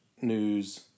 news